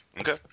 Okay